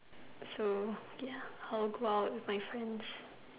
so ya I would go out with my friends